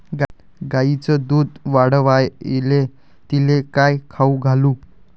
गायीचं दुध वाढवायले तिले काय खाऊ घालू?